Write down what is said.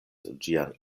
ĝian